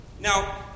Now